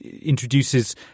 introduces